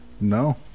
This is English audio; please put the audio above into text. No